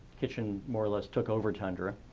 kitchen more or less took over tundra,